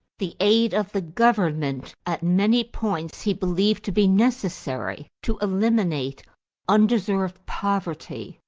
the aid of the government at many points he believed to be necessary to eliminate undeserved poverty,